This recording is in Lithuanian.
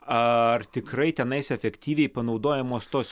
ar tikrai tenai efektyviai panaudojamos tos